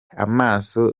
amaso